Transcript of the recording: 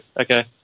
okay